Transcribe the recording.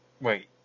Wait